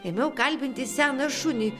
ėmiau kalbinti seną šunį